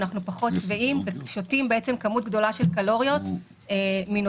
אנחנו פחות שבעים ושותים כמות גדולה של קלוריות מנוזל.